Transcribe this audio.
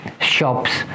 shops